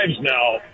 now